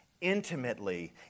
intimately